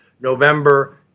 November